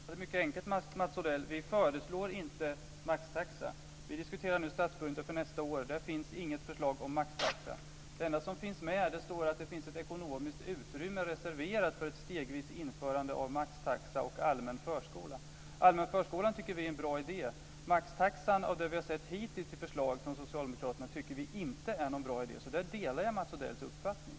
Herr talman! Det är mycket enkelt, Mats Odell. Vi föreslår inte maxtaxa. Nu diskuterar vi statsbudgeten för nästa år. Där finns inte något förslag om maxtaxa. Det enda som finns med är att det står att det finns ett ekonomiskt utrymme reserverat för ett stegvis införande av maxtaxa och allmän förskola. Vi tycker att det är en bra idé med allmän förskola. De förslag till maxtaxa som vi hittills har sett från Socialdemokraterna tycker vi inte är någon bra idé. Där delar jag